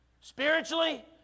Spiritually